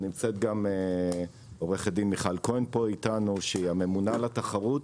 נמצאת גם עורכת דין מיכל כהן פה איתנו שהיא הממונה על התחרות,